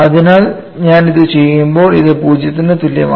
അതിനാൽ ഞാൻ അത് ചെയ്യുമ്പോൾ ഇത് 0 ന് തുല്യമാണ്